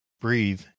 breathe